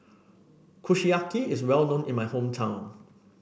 Kushiyaki is well known in my hometown